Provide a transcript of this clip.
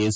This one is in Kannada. ಎಸ್